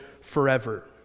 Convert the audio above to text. forever